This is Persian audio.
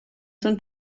چون